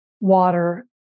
water